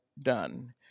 done